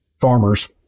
farmers